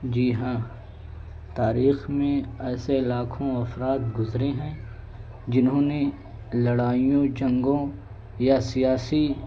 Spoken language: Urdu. جی ہاں تاریخ میں ایسے لاکھوں افراد گزرے ہیں جنہوں نے لڑائیوں جنگوں یا سیاسی